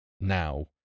now